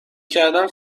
کردن